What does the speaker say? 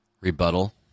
rebuttal